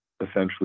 essentially